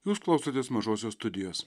jūs klausotės mažosios studijos